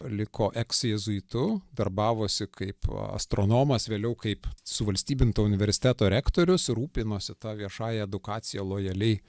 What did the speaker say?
liko eks jėzuitu darbavosi kaip astronomas vėliau kaip suvalstybinto universiteto rektorius rūpinosi ta viešąja edukacija lojaliai